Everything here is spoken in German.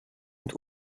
und